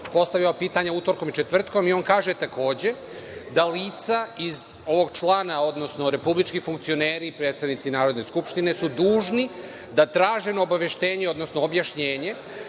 postavi ova pitanja utorkom i četvrtkom i on kaže takođe da lica iz ovog člana, odnosno republički funkcioneri, predsednici Narodne skupštine su dužni da traženo obaveštenje, odnosno objašnjenje